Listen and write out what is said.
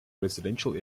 residential